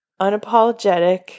unapologetic